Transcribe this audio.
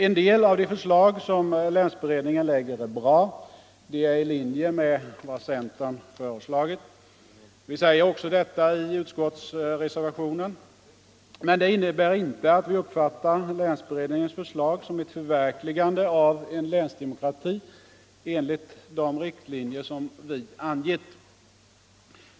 En del av de förslag som länsberedningen lägger fram är bra. De är i linje med vad centern föreslagit. Vi säger också detta i reservationen vid utskottsbetänkandet. Men det innebär inte att vi uppfattat länsberedningens förslag som ett förverkligande av en länsdemokrati enligt de riktlinjer vi angett.